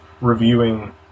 reviewing